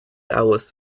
alice